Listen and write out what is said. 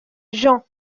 jean